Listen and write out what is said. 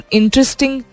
interesting